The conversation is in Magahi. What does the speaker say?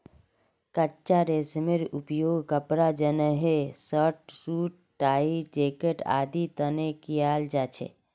कच्चा रेशमेर उपयोग कपड़ा जंनहे शर्ट, सूट, टाई, जैकेट आदिर तने कियाल जा छे